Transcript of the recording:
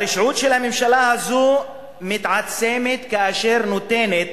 הרשעות של הממשלה הזאת מתעצמת כאשר היא נותנת